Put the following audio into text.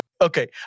Okay